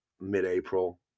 mid-April